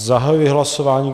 Zahajuji hlasování.